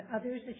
others